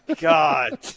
God